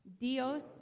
Dios